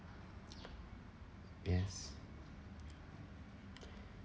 yes